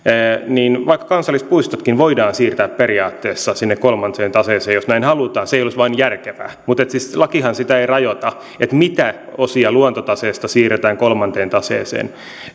niin vaikka kansallispuistotkin voidaan siirtää periaatteessa sinne kolmanteen taseeseen jos näin halutaan se ei olisi vain järkevää mutta siis lakihan sitä ei rajoita mitä osia luontotaseesta siirretään kolmanteen taseeseen